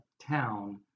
town